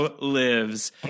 lives